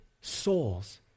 souls